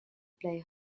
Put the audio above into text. play